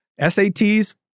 SATs